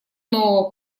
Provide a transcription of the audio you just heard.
нового